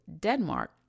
Denmark